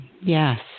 Yes